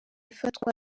ifatwa